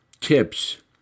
tips